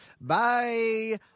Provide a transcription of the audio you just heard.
bye